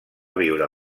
viure